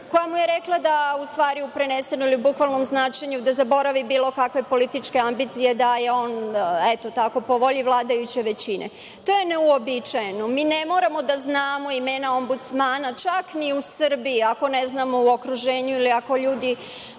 pa mu je rekla u stvari, u prenesenom ili bukvalnom značenju, da zaboravi bilo kakve političke ambicije, da je on, eto tako, po volji vladajuće većine. To je neuobičajeno. Mi ne moramo da znamo imena Ombudsmana čak ni u Srbiji, ako ne znamo u okruženju ili ako ljudi